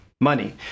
money